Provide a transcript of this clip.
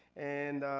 and,